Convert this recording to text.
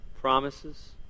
promises